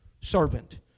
servant